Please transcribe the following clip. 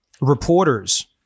reporters